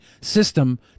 system